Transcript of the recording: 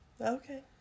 Okay